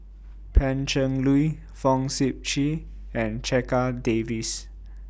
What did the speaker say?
Pan Cheng Lui Fong Sip Chee and Checha Davies